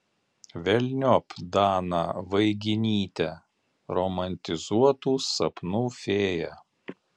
velniop daną vaiginytę romantizuotų sapnų fėją